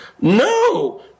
No